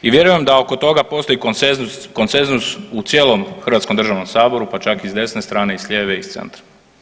I vjerujem da oko toga postoji konsenzus u cijelim Hrvatskom državnom saboru pa čak i desne strane i s lijeve i s centra.